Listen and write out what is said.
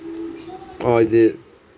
oh is it